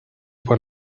por